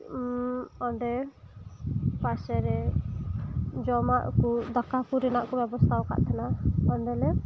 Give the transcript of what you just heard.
ᱚᱸᱰᱮ ᱯᱟᱥᱮ ᱨᱮ ᱡᱚᱢᱟᱜ ᱠᱚ ᱫᱟᱠᱟ ᱠᱚ ᱨᱮᱱᱟᱜ ᱠᱚ ᱵᱮᱵᱚᱥᱛᱟᱣ ᱠᱟᱫ ᱛᱟᱦᱮᱸᱱᱟ ᱚᱸᱰᱮᱞᱮ